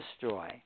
destroy